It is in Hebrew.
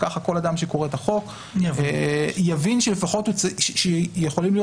וכך כל אדם שקורא את החוק יבין שלפחות יכולים להיות